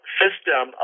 system